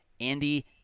Andy